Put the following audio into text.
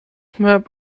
map